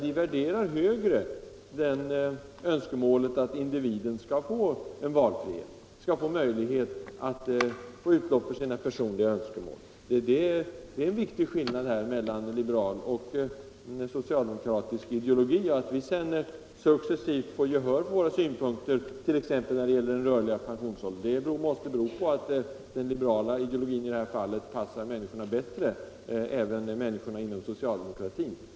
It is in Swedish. Vi värderar högre att individen skall kunna få utlopp för sina personliga önskemål. Det är en viktig skillnad mellan liberal och socialdemokratisk ideologi. Att vi sedan successivt har haft framgång, t.ex. när det gäller den rörliga pensionsåldern, måste bero på att den liberala ideologin i det här fallet passar människorna bättre, även människorna inom socialdemokratin.